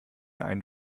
einen